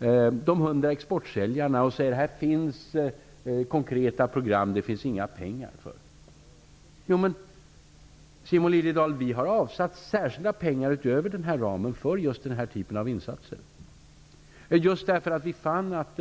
Han talar om de 100 exportsäljarna och säger att det finns konkreta program men inga pengar för dem. Vi har avsatt särskilda pengar utöver ramen för just den här typen av insatser, Simon Liliedahl. Vi fann att